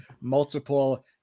multiple